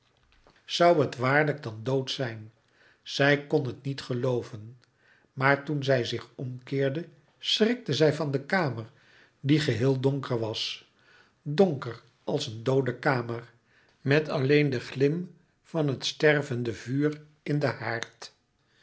zoû het waarlijk dan dood zijn zij kn het niet gelooven maar toen zij zich omkeerde schrikte zij van de kamer die geheel donker was donker als een doode kamer met alleen den glim van het stervende vuur in den haard